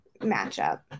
matchup